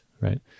right